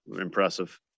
impressive